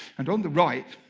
and on the right,